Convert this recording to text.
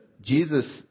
Jesus